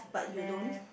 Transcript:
left